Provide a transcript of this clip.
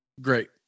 great